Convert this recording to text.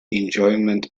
enjoyment